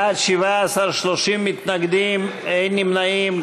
בעד, 17, 30 מתנגדים, אין נמנעים.